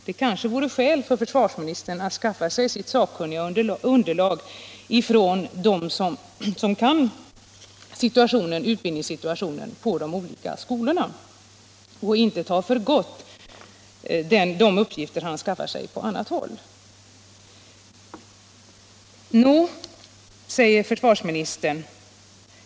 Det finns kanske skäl för försvarsministern att införskaffa ett sakkunnigt underlag från dem som känner till utbildningssituationen på olika skolor och att inte ta de uppgifter för gott som han kan ha fått från annat håll.